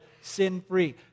sin-free